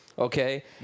Okay